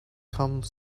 come